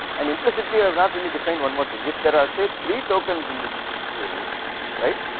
and implicitly of not really defined one more think, if there are say three tokens in this queue right,